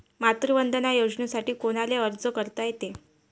मातृवंदना योजनेसाठी कोनाले अर्ज करता येते?